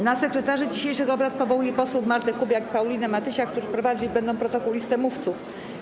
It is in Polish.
Na sekretarzy dzisiejszych obrad powołuję posłów Martę Kubiak i Paulinę Matysiak, którzy prowadzić będą protokół i listę mówców.